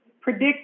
predict